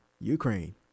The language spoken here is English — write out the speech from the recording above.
ukraine